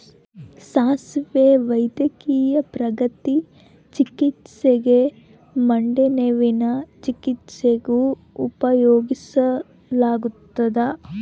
ಸಾಸುವೆ ವೈದ್ಯಕೀಯ ಪ್ರಕೃತಿ ಚಿಕಿತ್ಸ್ಯಾಗ ಮಂಡಿನೋವಿನ ಚಿಕಿತ್ಸ್ಯಾಗ ಉಪಯೋಗಿಸಲಾಗತ್ತದ